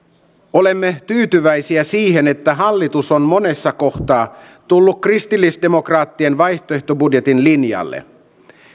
olemme tyytyväisiä siihen että hallitus on monessa kohtaa tullut kristillisdemokraattien vaihtoehtobudjetin linjalle